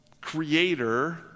creator